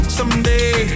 Someday